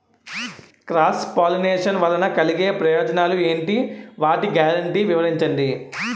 Cross pollination వలన కలిగే ప్రయోజనాలు ఎంటి? వాటి గ్యారంటీ వివరించండి?